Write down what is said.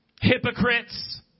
hypocrites